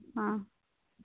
ᱦᱮᱸ